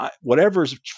Whatever's